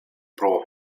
pro